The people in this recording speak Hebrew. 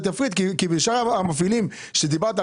כי בשאר המפעילים שדיברת,